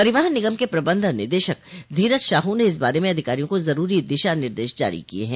परिवहन निगम के प्रबन्ध निदेशक धीरज शाहू ने इस बारे में अधिकारियों को ज़रूरी दिशा निर्देश जारी किये हैं